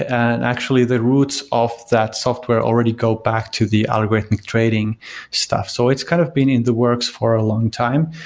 and actually the roots of that software already go back to the algorithmic trading stuff. so it's kind of been in the works for a long time.